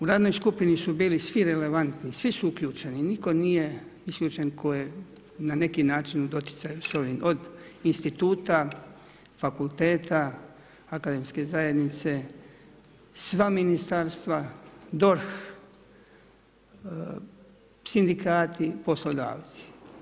U radnoj skupini su bili svi relevantni, svi su uključeni, nitko nije isključen tko je na neki način u doticaju s ovim, od instituta, fakulteta, akademske zajednice, sva ministarstva, DORH, sindikati, poslodavci.